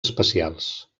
especials